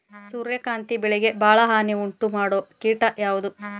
ಸೂರ್ಯಕಾಂತಿ ಬೆಳೆಗೆ ಭಾಳ ಹಾನಿ ಉಂಟು ಮಾಡೋ ಕೇಟ ಯಾವುದ್ರೇ?